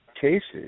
cases